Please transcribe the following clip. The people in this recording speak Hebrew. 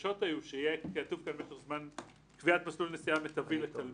הבקשות היתה שיהיה כתוב כאן: קביעת מסלול נסיעה מיטבי לתלמיד.